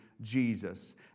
Jesus